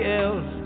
else